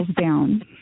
down